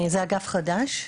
זה אגף חדש,